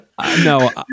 no